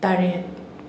ꯇꯔꯦꯠ